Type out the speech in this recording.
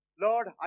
Lord